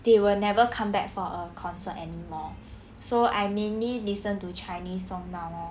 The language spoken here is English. they will never come back for a concert anymore so I mainly listen to chinese song now lor